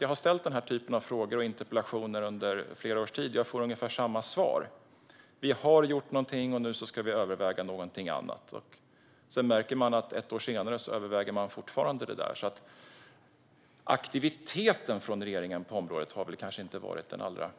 Jag har ställt den här typen av frågor och interpellationer under flera års tid, och jag får ungefär samma svar: Vi har gjort någonting, och nu ska vi överväga någonting annat. Ett år senare överväger man fortfarande det där. Regeringens aktivitet på området har kanske inte varit den allra